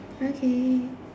okay